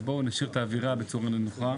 אז בואו נשאיר את האווירה בצורה נמוכה.